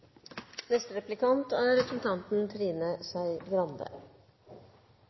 Neste taler er representanten Trine Skei Grande,